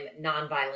nonviolent